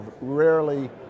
rarely